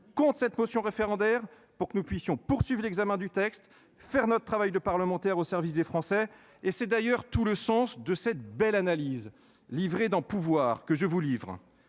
contre cette motion référendaire pour que nous puissions poursuivent l'examen du texte, faire notre travail de parlementaire au service des Français et c'est d'ailleurs tout le sens de cette belle analyse livrée dans pouvoir que je vous livre